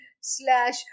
slash